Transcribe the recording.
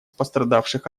пострадавших